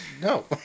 No